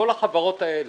זה כל החברות האלה.